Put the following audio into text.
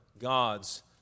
God's